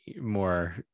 more